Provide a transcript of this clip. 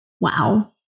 Wow